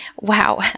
Wow